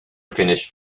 finished